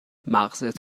مغزت